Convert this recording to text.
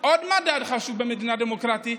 עוד מדד חשוב במדינה דמוקרטית